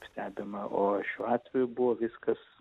stebima o šiuo atveju buvo viskas